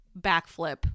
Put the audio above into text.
backflip